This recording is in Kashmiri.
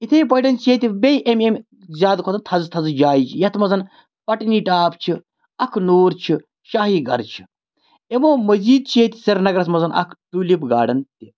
یِتھے پٲٹھۍ چھِ ییٚتہِ بیٚیہِ اَمہِ اَمہِ زیادٕ کھۄتہٕ تھَزٕ تھَزٕ جایہِ یَتھ منٛز پَٹنی ٹاپ چھِ اَکھنوٗر چھِ شاہی گھَر چھِ یِمو مٔزیٖد چھِ ییٚتہِ سریٖنَگرَس منٛز اَکھ ٹوٗلِپ گاڈَن تہِ